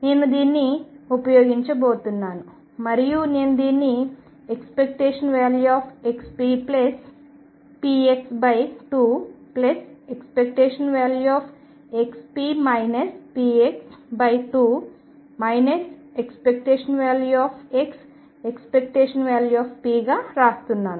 నేను దీన్ని ఉపయోగించబోతున్నాను మరియు నేను దీన్ని ⟨xppx⟩2⟨xp px⟩2 ⟨x⟩⟨p⟩ గా వ్రాస్తున్నాను